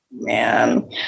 man